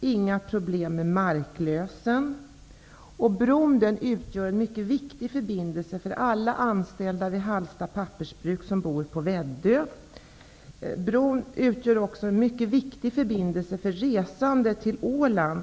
inga problem med marklösen, bron utgör en mycket viktig förbindelse för alla anställda vid Hallsta pappersbruk som bor på Väddö. Bron utgör också en mycket viktig förbindelse vid resande till Åland.